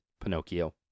Pinocchio